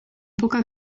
poca